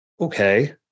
okay